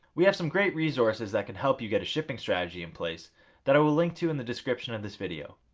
we have some great resources that can help you get a shipping strategy in place that i will link to in the description of this video.